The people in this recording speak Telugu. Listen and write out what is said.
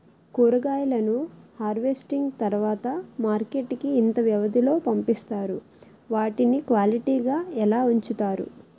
కూరగాయలను హార్వెస్టింగ్ తర్వాత మార్కెట్ కి ఇంత వ్యవది లొ పంపిస్తారు? వాటిని క్వాలిటీ గా ఎలా వుంచుతారు?